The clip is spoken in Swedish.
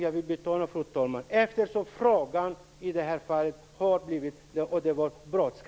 Jag vill betona, fru talman, att frågan i det här fallet var brådskande. Tack!